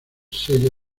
sello